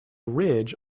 ridge